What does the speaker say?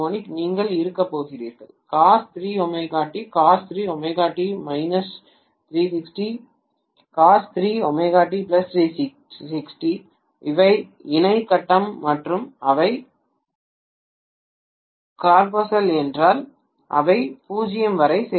நீங்கள் இருக்கப் போகிறீர்கள் அவை இணை கட்டம் மற்றும் அவை கோபாசல் என்றால் அவை 0 வரை சேர்க்காது